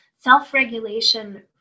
Self-regulation